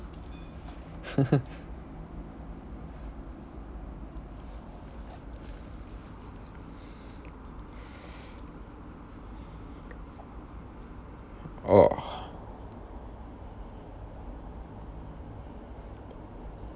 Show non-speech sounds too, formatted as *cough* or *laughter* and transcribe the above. *laughs* *breath* oh